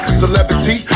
celebrity